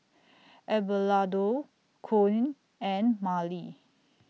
Abelardo Koen and Marely